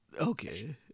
Okay